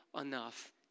enough